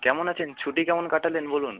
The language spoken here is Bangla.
কেমন আছেন ছুটি কেমন কাটালেন বলুন